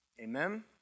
Amen